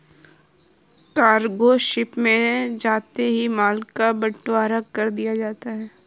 cargo ship में जाते ही माल का बंटवारा कर दिया जाता है